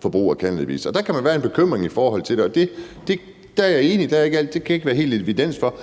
forbrug af cannabis. Der kan være en bekymring i forhold til det; der er jeg enig. Det kan der ikke helt være evidens for.